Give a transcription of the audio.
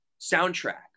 soundtrack